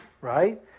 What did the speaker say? right